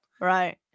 Right